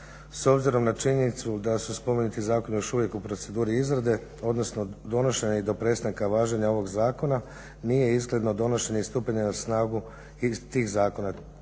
S obzirom na činjenicu da su spomenuti zakoni još uvijek u proceduri izrade, odnosno donošenja i do prestanka važenja ovog zakona nije izgledno donošenje i stupanje na snagu tih zakona.